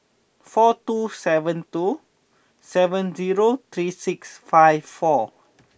four two seven two seven zero three six five four